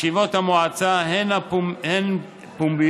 ישיבות המועצה הן פומביות,